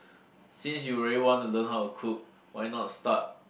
since you already want to learn how to cook why not start